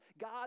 God